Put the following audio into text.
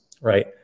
right